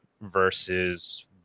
versus